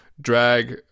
drag